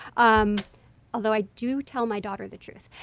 um although i do tell my daughter the truth.